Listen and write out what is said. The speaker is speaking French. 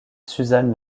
suzanne